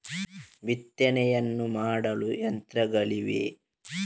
ಬಿತ್ತನೆಯನ್ನು ಮಾಡಲು ಯಂತ್ರಗಳಿವೆಯೇ?